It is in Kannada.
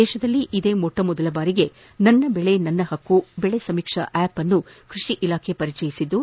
ದೇಶದಲ್ಲಿ ಇದೇ ಮೊಟ್ಟಮೊದಲ ಬಾರಿಗೆ ನನ್ನ ಬೆಳೆ ನನ್ನ ಹಕ್ಕೆ ಬೆಳೆ ಸಮೀಕ್ಷಾ ಆ್ಯಪ್ನ್ನು ಕೃಷಿ ಇಲಾಖೆ ಪರಿಚಯಿಸಿದ್ದು